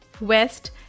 West